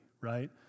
right